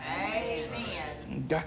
Amen